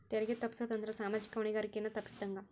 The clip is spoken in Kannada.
ತೆರಿಗೆ ತಪ್ಪಸೊದ್ ಅಂದ್ರ ಸಾಮಾಜಿಕ ಹೊಣೆಗಾರಿಕೆಯನ್ನ ತಪ್ಪಸಿದಂಗ